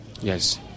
Yes